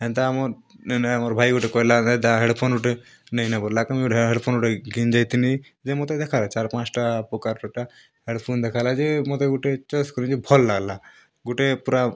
ଏନ୍ତା ଆମର୍ ନେଇ ଆମର୍ ଭାଇ ଗୋଟେ କହିଲା ଯା ହେଡ଼ଫୋନ୍ ଗୋଟେ ନେଇ ନବୁ ହେଡ଼ଫୋନ୍ ଗୋଟେ କିଣି ଦେଇଥିଲି ଯେ ମତେ ଦେଖାଲା ଚାରି ପାଞ୍ଚ ଟା ପ୍ରକାର୍ ଟା ହେଡ଼ଫୋନ୍ ଦେଖାଲା ଯେ ମତେ ଗୋଟେ ଚଏସ୍ କଲି ଯେ ଭଲ୍ ଲାଗଲା ଗୋଟେ ପୁରା